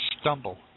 stumble